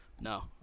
No